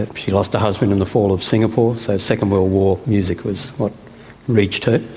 ah she lost her husband in the fall of singapore, so second world war music was what reached her.